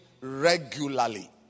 regularly